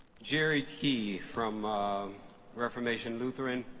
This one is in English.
jerry key from reformation lutheran.